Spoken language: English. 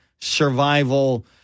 survival